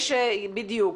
בדיוק.